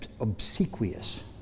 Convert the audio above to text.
obsequious